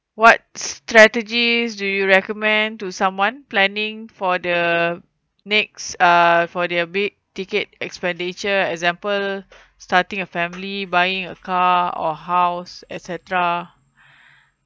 what strategies do you recommend to someone planning for the next uh for their big ticket expenditure example starting a family buying a car or house et cetera